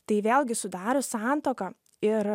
tai vėlgi sudarius santuoką ir